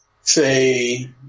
say